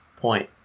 point